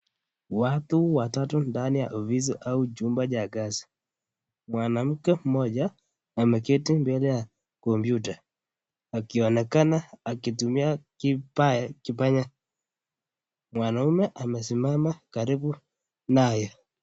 Watu awatstu ndani ya ofisi au chumba cha kazi mwanamke moja ameketi mbele ya kompyuta akionekana akitumia, mwanaume amesimama karibu naye.